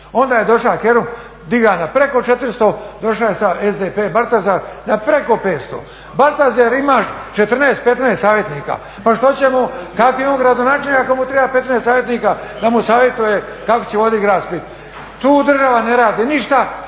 Onda je došao Kerum digao na preko 400, došao je sada SDP Baldasar na preko 500. Baldasar ima 14, 15 savjetnika, ma što će mu? Kakav je on gradonačelnik ako mu treba 15 savjetnika da mu savjetuje kako će voditi grad Split. Tu država ne radi ništa,